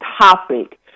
topic